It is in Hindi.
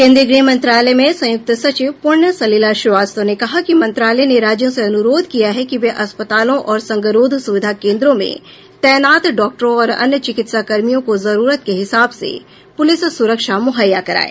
केंद्रीय गृह मंत्रालय में संयुक्त सचिव पुण्य सलिला श्रीवास्तव ने कहा कि मंत्रालय ने राज्यों से अनुरोध किया है कि वे अस्पतालों और संगरोध सुविधा केंद्रों में तैनात डॉक्टरों और अन्य चिकित्सा कर्मियों को जरूरत के हिसाब से पुलिस सुरक्षा मुहैया कराएं